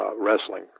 wrestling